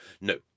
No